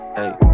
Hey